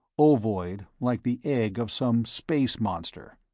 ovoid like the egg of some space-monster,